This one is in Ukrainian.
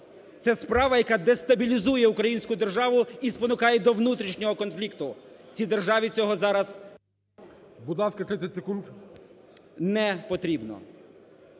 Це справа, яка дестабілізує українську державу і спонукає до внутрішнього конфлікту. Цій державі цього зараз… ГОЛОВУЮЧИЙ.